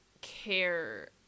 care